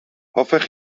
hoffech